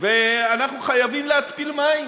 ואנחנו חייבים להתפיל מים.